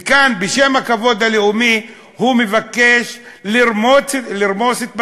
וכאן, בשם הכבוד הלאומי, הוא מבקש לרמוס את בג"ץ,